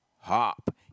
hop